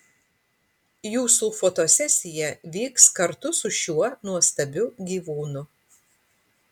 jūsų fotosesija vyks kartu su šiuo nuostabiu gyvūnu